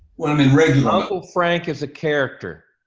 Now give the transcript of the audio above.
when i'm in regular. uncle frank is a character.